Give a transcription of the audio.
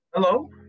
Hello